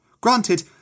Granted